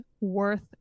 worth